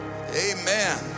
amen